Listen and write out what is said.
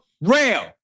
Rail